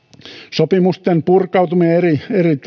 sopimusten purkautuminen eri